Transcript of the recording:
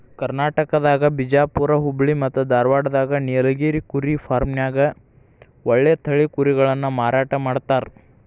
ಕರ್ನಾಟಕದಾಗ ಬಿಜಾಪುರ್ ಹುಬ್ಬಳ್ಳಿ ಮತ್ತ್ ಧಾರಾವಾಡದಾಗ ನೇಲಗಿರಿ ಕುರಿ ಫಾರ್ಮ್ನ್ಯಾಗ ಒಳ್ಳೆ ತಳಿ ಕುರಿಗಳನ್ನ ಮಾರಾಟ ಮಾಡ್ತಾರ